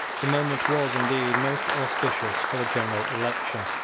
the moment was, indeed most auspicious for a general election.